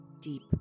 deep